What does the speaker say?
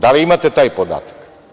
Da li imate taj podatak?